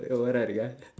overaa இருக்கா:irukkaa